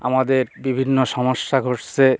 আমাদের বিভিন্ন সমস্যা ঘটছে